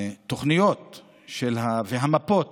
התוכניות והמפות